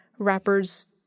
rappers